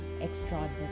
extraordinary